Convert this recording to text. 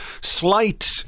Slight